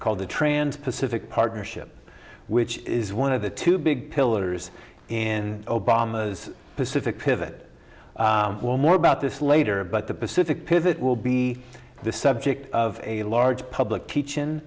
called the trans pacific partnership which is one of the two big pillars in obama's pacific pivot well more about this later but the pacific pivot will be the subject of a large public teachin